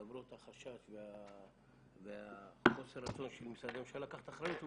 למרות החשש וחוסר הרצון של משרדי הממשלה לקחת אחריות,